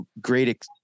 great